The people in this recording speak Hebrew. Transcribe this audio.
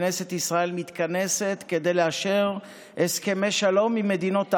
כנסת ישראל מתכנסת כדי לאשר הסכמי שלום עם מדינות ערב,